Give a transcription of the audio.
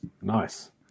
Nice